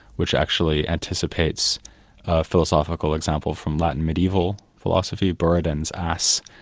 which actually anticipates a philosophical example from latin medieval philosophy, buridan's ass.